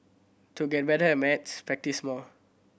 to get better at maths practise more